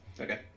okay